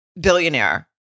billionaire